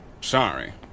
Sorry